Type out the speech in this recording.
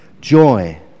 Joy